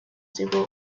super